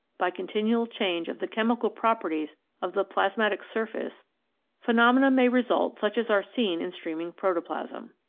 by continual change of the chemical properties of the plasmatic surface phenomena may result such as are seen in stream ing protoplasm.